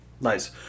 Nice